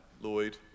Lloyd